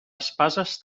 espases